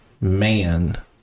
man